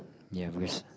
ya worse